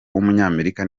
w’umunyamerika